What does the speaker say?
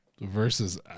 Versus